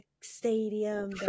stadium